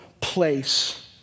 place